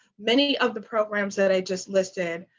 many of the programs that i just listed,